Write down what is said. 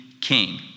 king